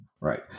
right